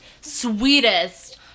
sweetest